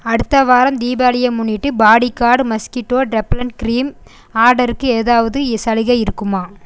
அடுத்த வாரம் தீபாவளியை முன்னிட்டு பாடிகார்டு மஸ்கிட்டோ ரெபல்லண்ட் க்ரீம் ஆர்டருக்கு ஏதாவது இ சலுகை இருக்குமா